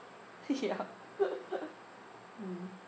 ya mm